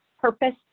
purpose